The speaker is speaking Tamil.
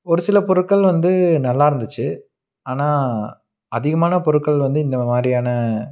ஒரு சில பொருட்கள் வந்து நல்லாருந்துச்சு ஆனால் அதிகமான பொருட்கள் வந்து இந்தமாதிரியான